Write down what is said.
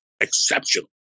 exceptional